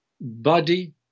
body